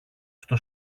στο